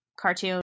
cartoon